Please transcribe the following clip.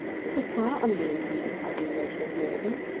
was the squire unwilling to meet his cousin reginald morton?